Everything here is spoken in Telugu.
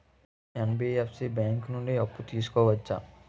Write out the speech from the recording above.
ఎన్.బి.ఎఫ్.సి బ్యాంక్ నుండి అప్పు తీసుకోవచ్చా?